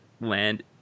land